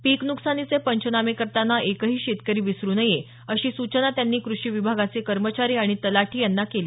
पीक न्कसानीचे पंचनामे करतांना एकही शेतकरी विसरु नये अशी सूचना त्यांनी कृषि विभागाचे कर्मचारी आणि तलाठी यांना केली